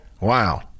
Wow